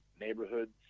neighborhoods